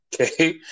Okay